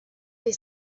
they